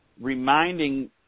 reminding